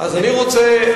אני רוצה,